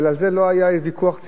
על זה לא היה ויכוח ציבורי.